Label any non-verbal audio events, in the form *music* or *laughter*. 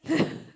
*laughs*